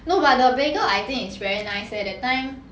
no but the bagel I think is very nice leh that time